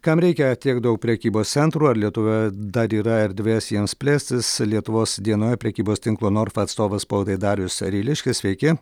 kam reikia tiek daug prekybos centrų ar lietuvoje dar yra erdvės jiems plėstis lietuvos dienoje prekybos tinklo norfa atstovas spaudai darius ryliškis sveiki